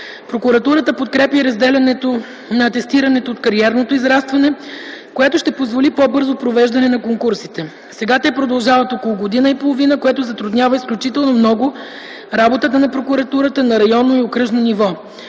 Прокуратурата подкрепя и разделянето на атестирането от кариерното израстване, което ще позволи по-бързо провеждане на конкурсите. Сега те продължават около година и половина, което затруднява изключително много работата на Прокуратурата на районно и окръжно ниво.